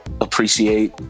appreciate